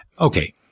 Okay